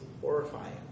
horrifying